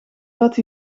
wat